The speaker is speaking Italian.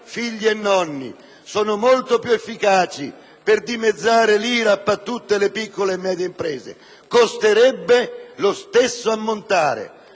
figli e nonni; sono molto più efficaci per dimezzare l'IRAP a tutte le piccole e medie imprese; costerebbe lo stesso ammontare.